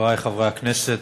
חבריי חברי הכנסת,